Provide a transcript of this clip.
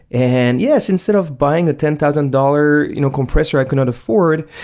and yes, instead of buying a ten thousand dollars you know compressor i could not afford,